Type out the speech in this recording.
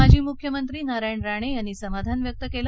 माजी मुख्यमंत्री नारायण राणे यांनी समाधान व्यक्त केलं